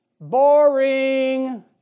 boring